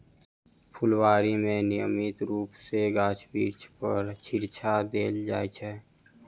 फूलबाड़ी मे नियमित रूप सॅ गाछ बिरिछ पर छङच्चा देल जाइत छै